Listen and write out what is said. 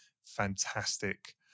Fantastic